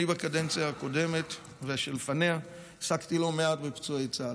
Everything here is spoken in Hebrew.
אני בקדנציה הקודמת ובזו שלפניה עסקתי לא מעט בפצועי צה"ל.